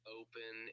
open